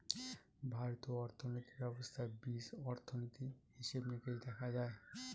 ভারতীয় অর্থনীতি ব্যবস্থার বীজ অর্থনীতি, হিসেব নিকেশ দেখা হয়